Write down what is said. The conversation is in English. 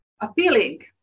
appealing